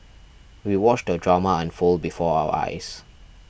we watched drama unfold before our eyes